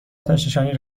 آتشنشانی